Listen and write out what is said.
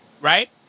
Right